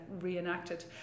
reenacted